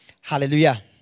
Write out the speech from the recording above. Hallelujah